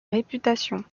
réputation